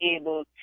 able